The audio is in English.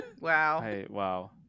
Wow